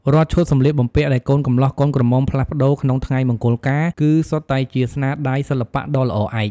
រាល់ឈុតសម្លៀកបំពាក់ដែលកូនកម្លោះកូនក្រមុំផ្លាស់ប្ដូរក្នុងថ្ងៃមង្គលការ គឺសុទ្ធតែជាស្នាដៃសិល្បៈដ៏ល្អឯក។